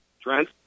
Trent